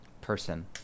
person